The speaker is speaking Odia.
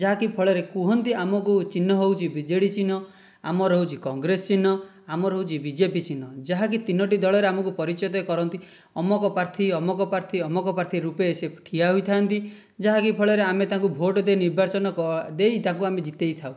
ଯାହାକି ଫଳରେ କୁହନ୍ତି ଆମକୁ ଚିହ୍ନ ହେଉଛି ବିଜେଡ଼ି ଚିହ୍ନ ଆମର ହେଉଛି କଂଗ୍ରେସ ଚିହ୍ନ ଆମର ହେଉଛି ବିଜେପି ଚିହ୍ନ ଯାହାକି ତିନୋଟି ଦଳରେ ଆମକୁ ପରିଚୟ କରନ୍ତି ଅମକ ପ୍ରାର୍ଥୀ ଅମକ ପ୍ରାର୍ଥୀ ଅମକ ପ୍ରାର୍ଥୀ ରୂପେ ସେ ଠିଆ ହୋଇଥାନ୍ତି ଯାହାକି ଫଳରେ ଆମେ ତାଙ୍କୁ ଭୋଟ ଦେଇକି ନିର୍ବାଚନ ଦେଇ ଆମେ ତାଙ୍କୁ ଜିତାଇ ଥାଉ